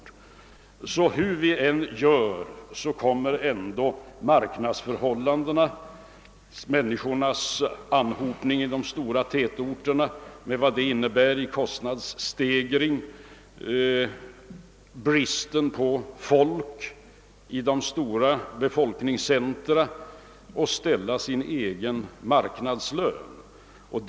Hur vi än gör, kommer marknadsförhållandena och människornas anhopning till tätorterna, med vad det innebär i kostnadsstegringar och brist på arbetskraft i de stora befolkningscentra, att skapa sina egna marknadslöner.